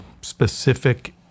specific